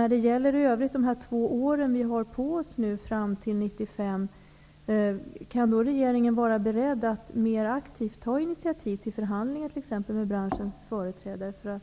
Är regeringen, under de två år som vi har på oss fram till 1995, beredd att mer aktivt ta initiativ till förhandlingar med branschens företrädare för att komma underfund